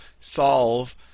solve